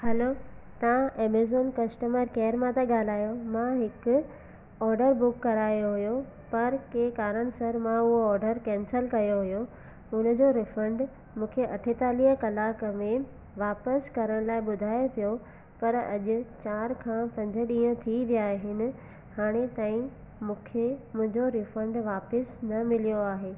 hello तव्हां Amazon customer care मां था ॻाल्हायो मां हिकु ऑडरु बुक करायो हुयो पर कंहिं कारण सां मां उहो ऑडरु कैंसिल कयो हुयो हुन जो रिफंड मूंखे अठेतालीह कलाक में वापसि करणु लाइ ॿुधाए पियो पर अॼु चार खां पंज ॾींहं थी विया आहिनि हाणे ताईं मूंखे मुंहिंजो रिफंड वापसि न मिलियो आहे